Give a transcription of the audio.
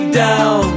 down